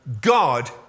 God